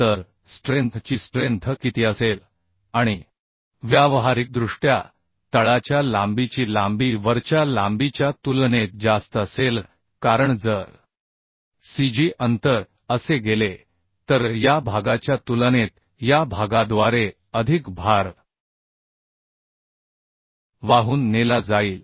तर स्ट्रेंथ ची स्ट्रेंथ किती असेल आणि व्यावहारिकदृष्ट्या तळाच्या लांबीची लांबी वरच्या लांबीच्या तुलनेत जास्त असेल कारण जर cg अंतर असे गेले तर या भागाच्या तुलनेत या भागाद्वारे अधिक भार वाहून नेला जाईल